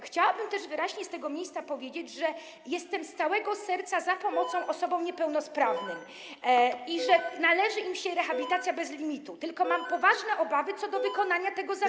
Chciałabym też wyraźnie z tego miejsca powiedzieć, że jestem z całego serca za pomocą osobom niepełnosprawnym i że należy im się rehabilitacja bez limitu, tylko mam poważne obawy co do wykonania tego zapisu.